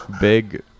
Big